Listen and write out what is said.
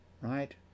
Right